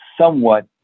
somewhat